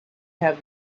have